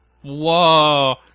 Whoa